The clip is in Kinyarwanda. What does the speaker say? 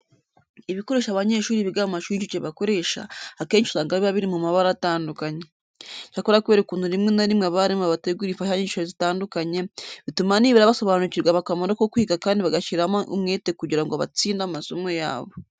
Ibikoresho abanyeshuri biga mu mashuri y'incuke bakoresha, akenshi usanga biba biri mu mabara atandukanye. Icyakora kubera ukuntu rimwe na rimwe abarimu babategurira imfashanyigisho zitandukanye, bituma nibura basobanukirwa akamaro ko kwiga kandi bagashyiramo umwete kugira ngo batsinde amasomo yabo.